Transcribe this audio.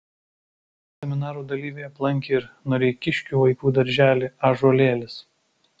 seminaro dalyviai aplankė ir noreikiškių vaikų darželį ąžuolėlis